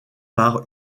par